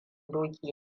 doki